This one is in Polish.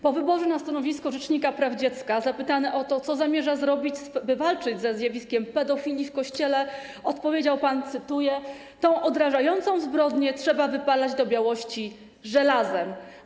Po wyborze na stanowisko rzecznika praw dziecka zapytany o to, co zamierza zrobić, by walczyć ze zjawiskiem pedofilii w Kościele, odpowiedział pan, cytuję: Tę odrażającą zbrodnię trzeba wypalać do białości żelazem.